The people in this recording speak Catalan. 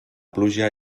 pluja